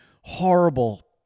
horrible